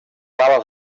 ales